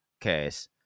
case